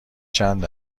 چند